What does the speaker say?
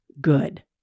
good